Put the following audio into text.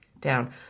down